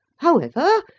however,